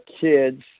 kids